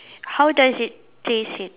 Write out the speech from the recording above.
how does it taste it